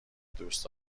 دوست